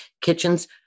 kitchens